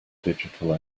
digital